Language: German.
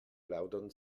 plaudern